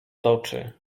toczy